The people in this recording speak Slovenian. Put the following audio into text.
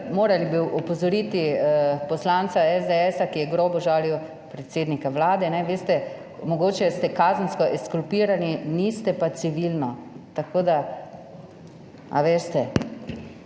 morali bi opozoriti poslanca SDS, ki je grobo žalil predsednika Vlade. Veste, mogoče ste kazensko ekskulpirani, niste pa civilno, tako da, a veste.